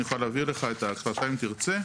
אני אוכל להעביר לך את ההחלטה אם תרצה.